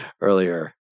earlier